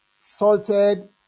salted